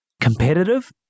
competitive